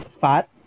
fat